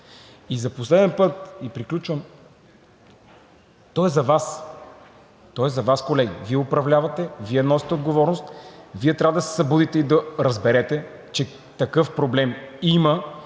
И за последен път, и приключвам – то е за Вас, колеги – Вие управлявате, Вие носите отговорност, Вие трябва да се събудите и да разберете, че такъв проблем има.